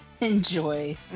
Enjoy